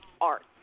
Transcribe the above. art